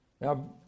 Now